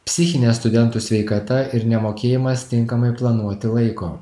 psichinė studentų sveikata ir nemokėjimas tinkamai planuoti laiko